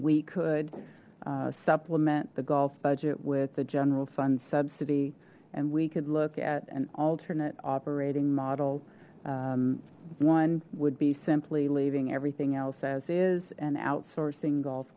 we could supplement the golf budget with the general fund subsidy and we could look at an alternate operating model one would be simply leaving everything else as is an outsourcing golf